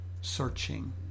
searching